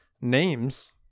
names